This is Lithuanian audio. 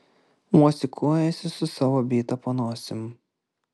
mosikuojasi su savo byta po nosim